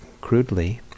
crudely